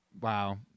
Wow